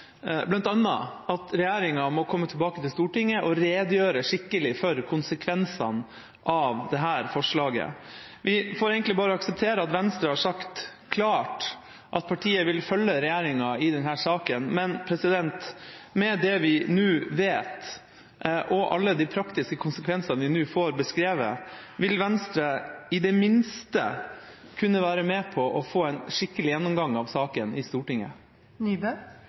regjeringa må komme tilbake til Stortinget og redegjøre skikkelig for konsekvensene av dette forslaget. Vi får bare akseptere at Venstre har sagt klart at partiet vil følge regjeringa i denne saken. Med det vi nå vet, og alle de praktiske konsekvensene vi nå får beskrevet, vil Venstre – i det minste – kunne være med på å få en skikkelig gjennomgang av saken i Stortinget?